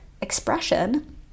expression